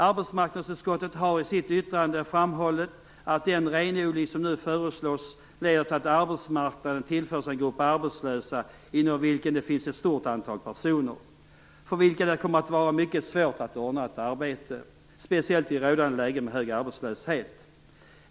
Arbetsmarknadsutskottet har i sitt yttrande framhållit att den renodling som nu föreslås leder till att arbetsmarknaden tillförs en grupp arbetslösa, inom vilken det finns ett stort antal personer för vilka det kommer att vara mycket svårt att ordna ett arbete, speciellt i rådande läge med hög arbetslöshet.